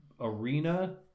arena